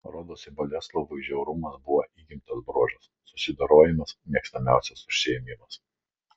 rodosi boleslovui žiaurumas buvo įgimtas bruožas susidorojimas mėgstamiausias užsiėmimas